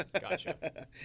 Gotcha